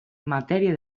matèria